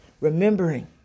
Remembering